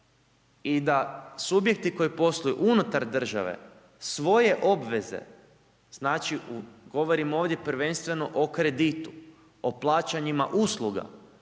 i da subjekti koji posluju unutar države svoje obveze, znači govorim ovdje prvenstveno o kreditu, o plaćanjima usluga,